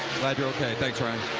glad you're okay. thanks, ryan.